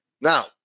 now